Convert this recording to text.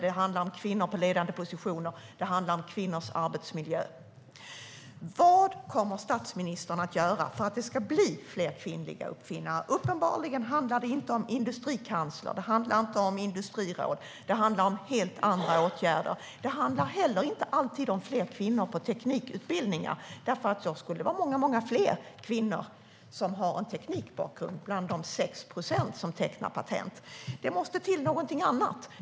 Det handlar om kvinnor på ledande positioner. Det handlar om kvinnors arbetsmiljö. Vad kommer statsministern att göra för att det ska bli fler kvinnliga uppfinnare? Uppenbarligen handlar det inte om industrikansler, och det handlar inte om industriråd. Det handlar om helt andra åtgärder. Det handlar heller inte alltid om fler kvinnor på teknikutbildningar, för det måste vara många fler kvinnor som har en teknikbakgrund än de 6 procent som tecknar patent. Det måste till någonting annat.